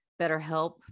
BetterHelp